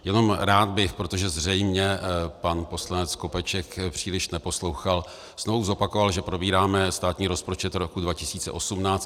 Jenom rád bych, protože zřejmě pan poslanec Skopeček příliš neposlouchal, znovu zopakoval, že probíráme státní rozpočet roku 2018.